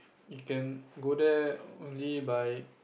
you can go there only by